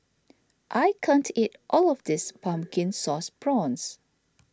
I can't eat all of this Pumpkin Sauce Prawns